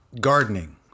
gardening